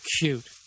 cute